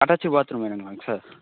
attach bathroom வேணுங்களாங்க sir